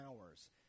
hours